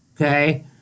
Okay